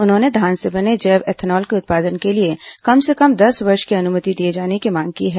उन्होंने धान से बने जैव एथेनॉल के उत्पादन के लिए कम से कम दस वर्ष की अनुमति दिए जाने की मांग की है